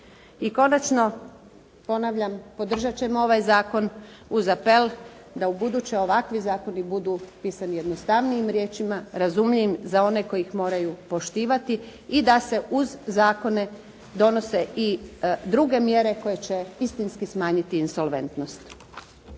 I konačno, ponavljam, podržati ćemo ovaj zakon uz apel da ubuduće ovakvi zakoni budu pisani jednostavnijim riječima, razumljivim za one koji ih moraju poštivati i da se uz zakone donose i druge mjere koje će istinski smanjiti insolventnost.